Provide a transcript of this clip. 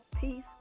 peace